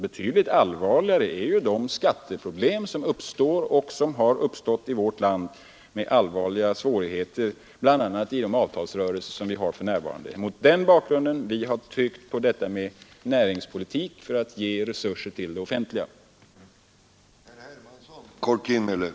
Betydligt allvarligare är de skatteproblem som uppstår och som har uppstått i vårt land och medfört allvarliga svårigheter, bl.a. i de avtalsrörelser som vi har för närvarande. Det är mot den bakgrunden vi har tryckt på detta med näringspolitik för att ge resurser bl.a. till det offentliga.